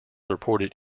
reported